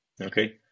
okay